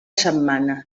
setmana